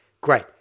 Great